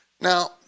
Now